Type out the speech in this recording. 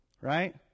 right